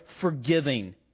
forgiving